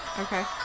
Okay